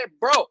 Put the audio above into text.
bro